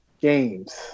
games